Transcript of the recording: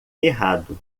errado